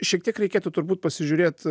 šiek tiek reikėtų turbūt pasižiūrėt